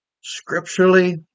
Scripturally